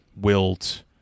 Wilt